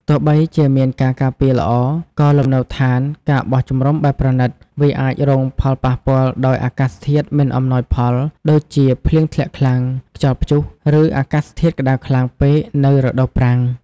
ទោះបីជាមានការការពារល្អ ក៏លំនៅដ្ឋាន ការបោះជំរំបែបប្រណីត វាអាចរងផលប៉ះពាល់ដោយអាកាសធាតុមិនអំណោយផល ដូចជាភ្លៀងធ្លាក់ខ្លាំង ខ្យល់ព្យុះ ឬអាកាសធាតុក្តៅខ្លាំងពេកនៅរដូវប្រាំង។